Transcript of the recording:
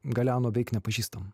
galeano veik nepažįstam